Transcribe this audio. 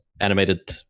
animated